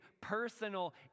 personal